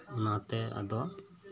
ᱚᱱᱟᱛᱮ ᱟᱫᱚ